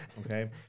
Okay